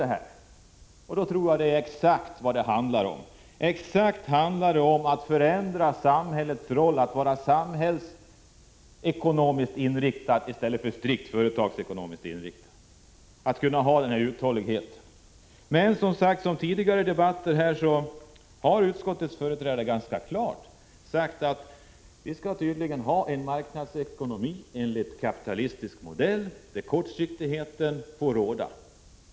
Men jag tror att det är exakt vad det handlar om. Samhällets roll är att vara samhällsekonomiskt inriktad i stället för strikt företagsekonomiskt inriktad, att ha en uthållighet. Som i tidigare debatter har från utskottets företrädare ganska klart uttryckts, att vi tydligen skall ha en marknadsekonomi enligt kapitalistisk modell, där kortsiktigheten får råda.